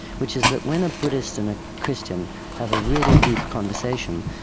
which is that when a buddhist and a christian have a really deep conversation,